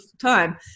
time